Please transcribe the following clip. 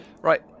Right